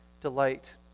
delight